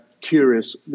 curious